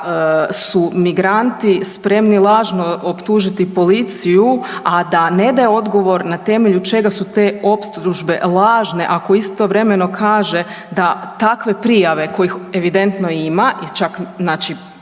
su migranti spremni lažno optužiti policiju, a da ne daje odgovor na temelju čega su te optužbe lažne ako istovremeno kaže da takve prijave kojih evidentno ima i čak znači